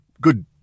good